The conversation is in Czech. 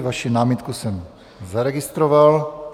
Vaši námitku jsem zaregistroval.